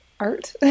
art